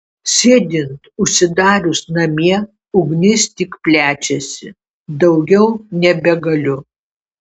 sėdint užsidarius namie ugnis tik plečiasi daugiau nebegaliu